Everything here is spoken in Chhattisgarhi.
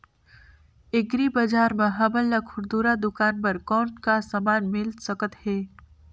एग्री बजार म हमन ला खुरदुरा दुकान बर कौन का समान मिल सकत हे?